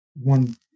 one